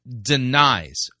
denies